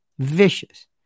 vicious